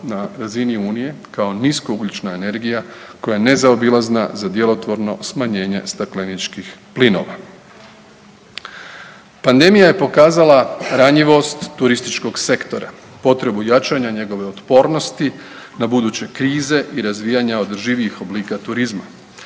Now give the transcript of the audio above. na razini Unije kao niskougljična energija koja je nezaobilazna za djelotvorno smanjenje stakleničkih plinova. Pandemija je pokazala ranjivost turističkog sektora, potrebu jačanja njegove otpornosti na buduće krize i razvijanja održivijih oblika turizma.